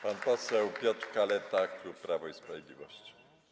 Pan poseł Piotr Kaleta, klub Prawo i Sprawiedliwość.